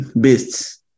beasts